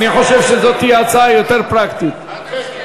אני מציע הצעה יותר פרקטית, אדוני.